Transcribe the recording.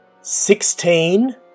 Sixteen